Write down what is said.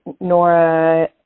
Nora